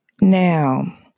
Now